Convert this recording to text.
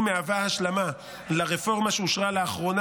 היא מהווה השלמה לרפורמה שאושרה לאחרונה